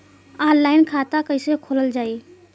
Online खाता कईसे खोलल जाई?